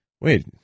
wait